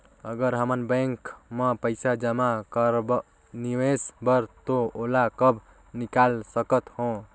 अगर हमन बैंक म पइसा जमा करब निवेश बर तो ओला कब निकाल सकत हो?